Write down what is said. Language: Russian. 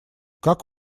как